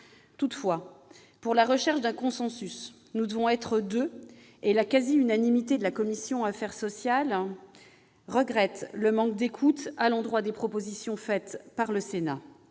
Toutefois, pour trouver un consensus, il faut être deux ! Or la quasi-unanimité de la commission des affaires sociales regrette le manque d'écoute à l'endroit des propositions faites par le Sénat.